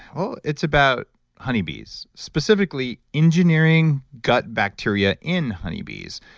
oh, it's about honeybees, specifically engineering gut bacteria in honeybees.